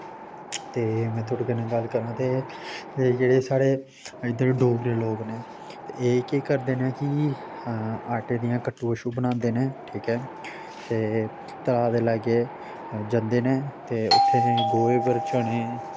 ते में थोआड़े कन्नै गल्ल करांऽ ते जेह्ड़े साढ़े इद्धर डोगरे लोक न एह् केह् करदे न कि आटे दियां कट्टू बच्छू बनांदे न ठीक ऐ ते तलाऽ दे लाग्गै जंदे न ते उत्थें गोहे पर चने